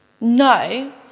No